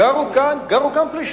גרו כאן פלישתים.